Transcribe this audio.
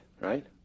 right